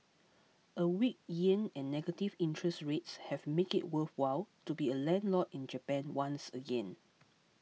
a weak yen and negative interest rates have made it worthwhile to be a landlord in Japan once again